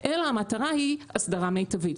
אלא המטרה היא אסדרה מיטבית.